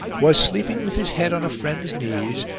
was sleeping with his head on a friend's knees,